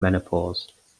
menopause